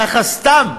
ככה סתם,